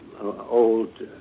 old